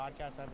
podcast